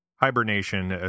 Hibernation